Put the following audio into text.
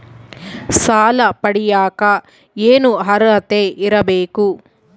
ಸಾಲ ಪಡಿಯಕ ಏನು ಅರ್ಹತೆ ಇರಬೇಕು?